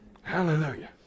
Hallelujah